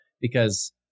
Because-